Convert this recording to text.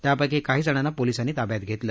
त्यापैकी काहीजणांना पोलिसांनी ताब्यात घेतले